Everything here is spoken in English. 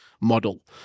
model